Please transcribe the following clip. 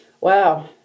wow